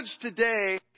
today